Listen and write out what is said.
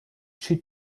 she